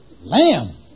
Lamb